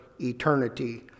eternity